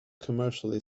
commercially